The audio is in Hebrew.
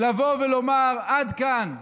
לבוא ולומר: עד כאן.